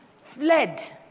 fled